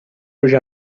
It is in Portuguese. hoje